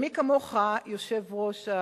מי כמוך, היושב-ראש,